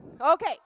Okay